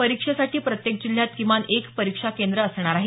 परीक्षेसाठी प्रत्येक जिल्ह्यात किमान एक परीक्षा केंद्र असणार आहे